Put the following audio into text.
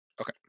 Okay